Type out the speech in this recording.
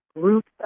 groups